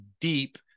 deep